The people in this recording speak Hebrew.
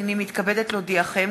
הנני מתכבדת להודיעכם,